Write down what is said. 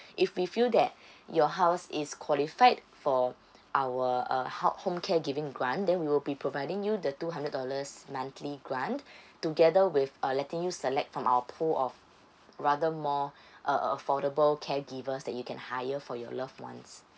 if we feel that your house is qualified for our uh how homecare giving grant then we will be providing you the two hundred dollars monthly grant together with uh letting you select from our pool of rather more uh affordable caregivers that you can hire for your loved ones